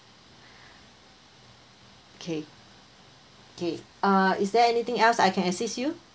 okay okay uh is there anything else I can assist you